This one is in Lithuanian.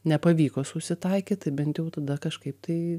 nepavyko susitaikyt tai bent jau tada kažkaip tai